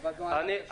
עבדנו עליה קשה.